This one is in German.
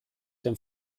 dem